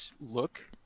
look